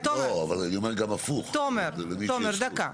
תומר דקה,